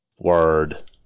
Word